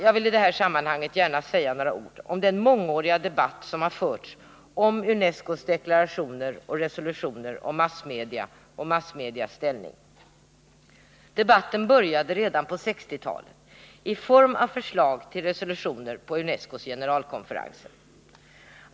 Jag vill i det här sammanhanget gärna säga några ord om den mångåriga debatt som har förts om UNESCO:s deklarationer och resolutioner angående massmedia och massmedias ställning. Debatten började redan på 1960-talet i form av förslag till resolutioner på UNESCO:s generalkonferenser.